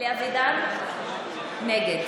נגד